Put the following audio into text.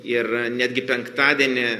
ir netgi penktadienį